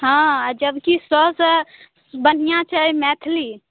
हँ जबकि सबसँ बढ़िआँ छै मैथिली